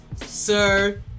sir